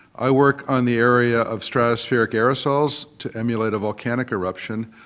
i work on the area of stratospheric aerosols to emulate a volcanic eruption.